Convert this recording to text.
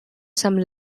some